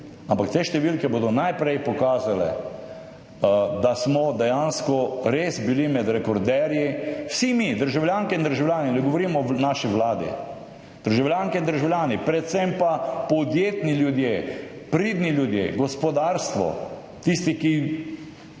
Ampak te številke bodo najprej pokazale, da smo dejansko res bili med rekorderji vsi mi državljanke in državljani, ne govorimo o naši vladi, državljanke in državljani, predvsem pa podjetni ljudje, pridni ljudje, gospodarstvo, tisti, ki